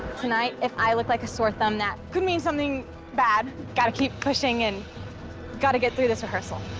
tonight, if i look like a sore thumb that could mean something bad. gotta keep pushing and gotta get through this rehearsal.